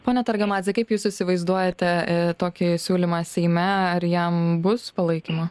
ponia targamadze kaip jūs įsivaizduojate tokį siūlymą seime ar jam bus palaikymo